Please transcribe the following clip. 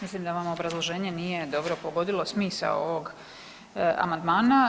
Mislim da vam obrazloženje nije dobro pogodilo smisao ovog amandmana.